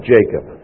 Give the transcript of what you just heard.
Jacob